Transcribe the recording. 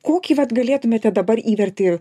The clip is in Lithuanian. kokį vat galėtumėte dabar įvertį